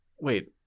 wait